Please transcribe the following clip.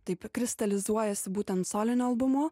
taip kristalizuojasi būtent solinio albumo